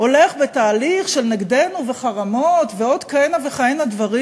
הולך בתהליך של נגדנו וחרמות ועוד כהנה וכהנה דברים?